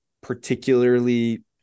particularly